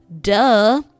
duh